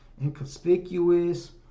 inconspicuous